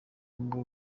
bwo